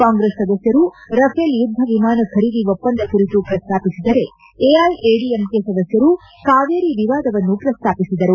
ಕಾಂಗ್ರೆಸ್ ಸದಸ್ನರು ರಫೇಲ್ ಯುದ್ದ ವಿಮಾನ ಖರೀದಿ ಒಪ್ಪಂದ ಕುರಿತು ಪ್ರಸ್ತಾಪಿಸಿದರೆ ಎಐಎಡಿಎಂಕೆ ಸದಸ್ನರು ಕಾವೇರಿ ವಿವಾದವನ್ನು ಪ್ರಸ್ತಾಪಿಸಿದರು